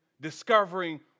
discovering